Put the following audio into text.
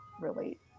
relate